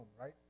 right